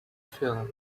film